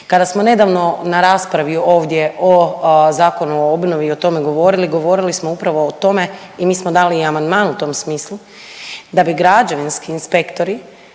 Kada smo nedavno na raspravi ovdje o Zakonu o obnovi i o tome govorili, govorili smo upravo o tome i mi smo dali i amandman u tom smislu da bi građevinski inspektori